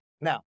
Now